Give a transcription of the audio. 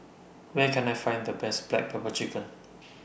Where Can I Find The Best Black Pepper Chicken